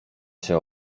się